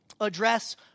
address